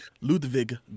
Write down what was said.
Ludwig